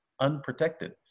unprotected